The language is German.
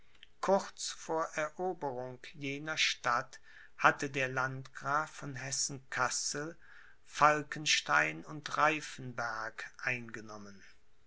kurz vor eroberung jener stadt hatte der landgraf von hessen kassel falkenstein und reifenberg eingenommen